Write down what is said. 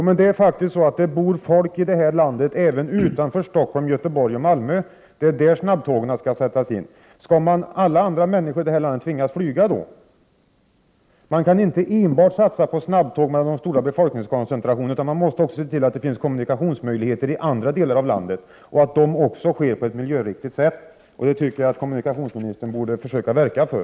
Herr talman! I det här landet bor det faktiskt människor även utanför Stockholm, Göteborg och Malmö. Det är mellan dessa tre orter som snabbtågen skall sättas in. Skall alla andra människor i det här landet tvingas flyga? Man kan inte enbart satsa på snabbtåg mellan de stora befolkningskoncentrationerna! Man måste även se till att det finns kommunikationsmöjligheter i andra delar av landet och att de kommunikationerna också sker på ett miljöriktigt sätt. Det borde kommunikationsministern försöka verka för!